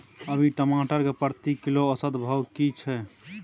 अभी टमाटर के प्रति किलो औसत भाव की छै?